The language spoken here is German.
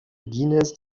guinness